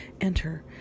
enter